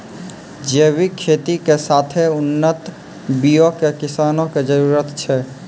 जैविक खेती के साथे उन्नत बीयो के किसानो के जरुरत छै